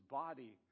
body